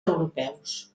europeus